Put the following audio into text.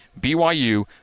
BYU